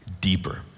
deeper